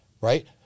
right